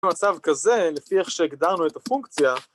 ‫במצב כזה, לפי איך שהגדרנו את הפונקציה...